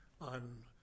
on